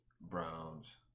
Browns